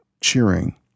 cheering